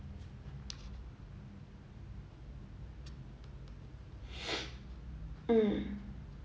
mm